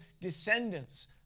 descendants